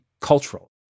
cultural